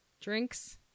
drinks